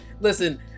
listen